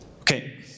Okay